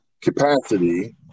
capacity